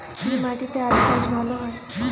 কি মাটিতে আলু চাষ ভালো হয়?